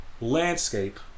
landscape